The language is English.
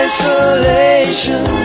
Isolation